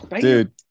dude